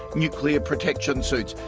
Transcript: nuclear protection suits,